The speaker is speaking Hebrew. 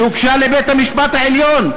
שהוגשה לבית-המשפט העליון.